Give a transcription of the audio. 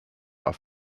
are